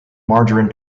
margarine